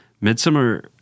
Midsummer